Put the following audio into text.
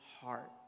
heart